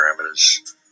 parameters